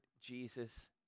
Jesus